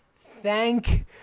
Thank